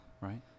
right